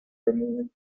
removing